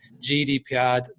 GDPR